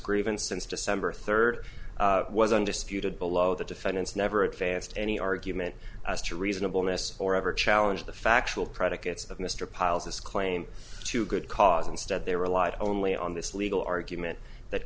groovin since december third was undisputed below the defendants never advanced any argument as to reasonable ness or ever challenge the factual predicates of mr pyles this claim to good cause instead they relied only on this legal argument that